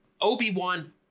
Obi-Wan